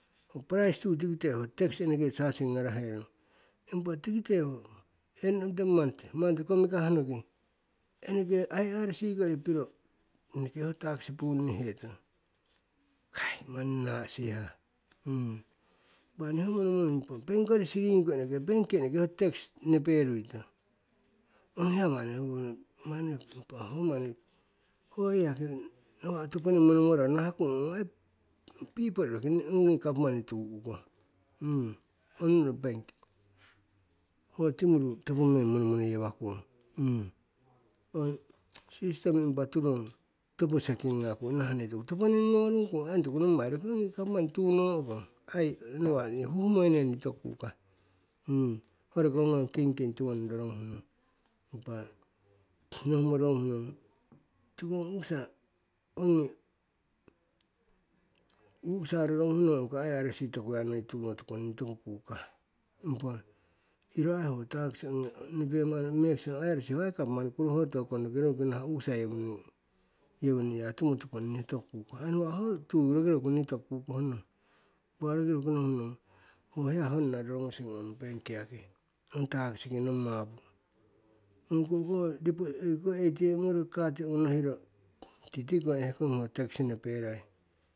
Ho price tuyu tikite eneke ho tax charging ngaraherong impa tikite end of the month, month komikah noki eneke irc kori piro eneke ho takasi punnihetong, kai manni naa'sihah, bank kori siringko eneke bank ki eneke ho tax neperuitong. ong hiya manni hoi yaki nawa' toponing monowaro nahakung ong ai pipol roki ongi gapmani tuu'kong onungno benki. ho timuru topo meng monmono yewakung. Ong system impa turong topo seking ngakung nah ontoku toponing ngorung kong aii ong pipol roki ongi gapmani tuuno'kong? Aii nawa' nii huhmoinong aii nii toku kukah, ho roki ho ngong kingking tiwoning roronguhnong, impa nohumo roronguh tiko ong u'kisa ongi u'kisa roronguh nong ongko irc toku ya noi tumo tukong, nii toku kukah. Impa iro aii ho takisi ongi nopema'nong mekusing irc ho ai gapmani kurohoto kong roki oruki nah u'kisa yewoning, yewoning ya tumotukong ni toku kukah, aii nawa' ho tuyu ni toku kukoh nong. Impa roruki nohuh nong ho hiya honna rorongusing ho ong benki yaki ong takisi nong mapu. Onko koh dep atm ngoriko card owonohiro titiko ehkong ho tax neperai.